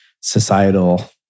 societal